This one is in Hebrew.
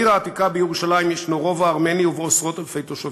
בעיר העתיקה בירושלים ישנו רובע ארמני ובו עשרות-אלפי תושבים.